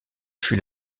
fut